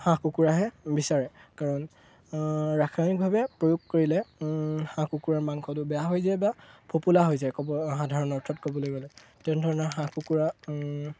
হাঁহ কুকুৰাহে বিচাৰে কাৰণ ৰাসায়নিকভাৱে প্ৰয়োগ কৰিলে হাঁহ কুকুৰাৰ মাংসটো বেয়া হৈ যায় বা ফোঁপোলা হৈ যায় ক'ব সাধাৰণ অৰ্থত ক'বলৈ গ'লে তেনেধৰণৰ হাঁহ কুকুৰা